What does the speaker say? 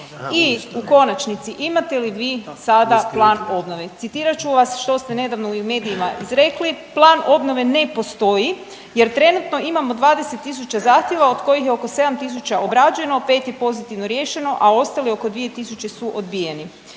i u konačnici, imate li vi sada plan obnove? Citirat ću vas što ste nedavno u medijima izrekli, plan obnove ne postoji jer trenutno imamo 20 tisuća zahtjeva od kojih je oko 7 tisuća obrađeno, 5 je pozitivno riješeno, a ostali, oko 2 tisuće su odbijeni.